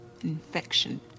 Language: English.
infection